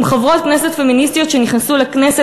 עם חברות כנסת פמיניסטיות שנכנסו לכנסת,